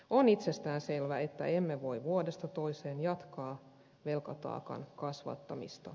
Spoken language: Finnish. on itsestäänselvää että emme voi vuodesta toiseen jatkaa velkataakan kasvattamista